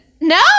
No